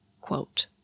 Quote